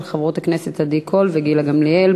של חברות הכנסת עדי קול וגילה גמליאל.